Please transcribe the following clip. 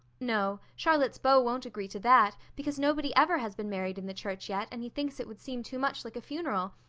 no. charlotte's beau won't agree to that, because nobody ever has been married in the church yet, and he thinks it would seem too much like a funeral.